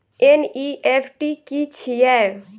NEFT की छीयै?